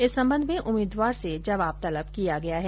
इस संबंध में उम्मीदवार से जवाब तलब किया गया है